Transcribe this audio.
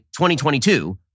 2022